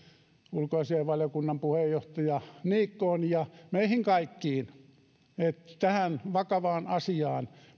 ulkoasiainvaliokunnan puheenjohtaja niikkoon ja meihin kaikkiin että tähän vakavaan asiaan